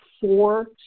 four